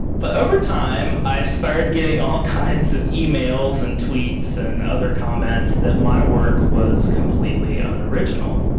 but over time i started getting all kinds of emails and tweets and other comments that my work was completely unoriginal.